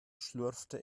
schlurfte